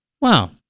Wow